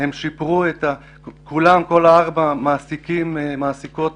כל ארבע החברות המעסיקות